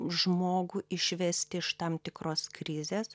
žmogų išvesti iš tam tikros krizės